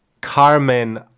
Carmen